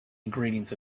ingredients